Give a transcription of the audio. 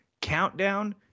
Countdown